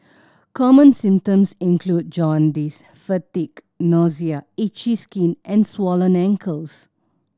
common symptoms include jaundice fatigue nausea itchy skin and swollen ankles